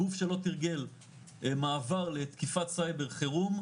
גוף שלא תרגל מעבר לתקיפת סייבר חירום,